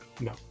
No